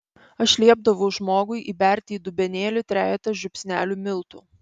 aš liepdavau žmogui įberti į dubenėlį trejetą žiupsnelių miltų